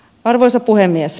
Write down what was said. arvoisa puhemies